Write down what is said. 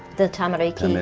the tamariki,